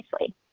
nicely